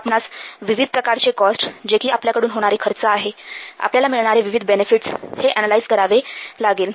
आपणास विविध प्रकारचे कॉस्ट जे की आपल्याकडून होणारे खर्च आहे आपल्याला मिळणारे विविध बेनेफिटस हे अनालाइज करावे लागेल